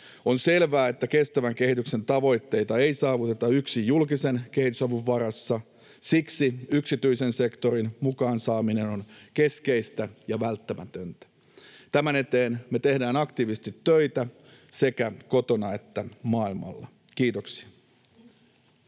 On selvää, että kestävän kehityksen tavoitteita ei saavuteta yksin julkisen kehitysavun varassa. Siksi yksityisen sektorin mukaan saaminen on keskeistä ja välttämätöntä. Tämän eteen me tehdään aktiivisesti töitä sekä kotona että maailmalla. — Kiitoksia.